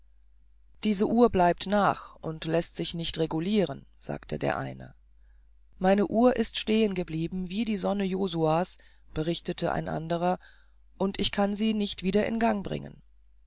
diese uhr bleibt nach und läßt sich nicht reguliren sagte der eine meine uhr ist stehen geblieben wie die sonne josua's berichtete ein anderer und ich kann sie nicht wieder in gang bringen